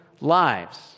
lives